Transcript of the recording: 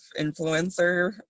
influencer